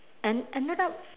and another